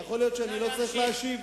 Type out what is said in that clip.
יכול להיות שאני לא צריך להשיב?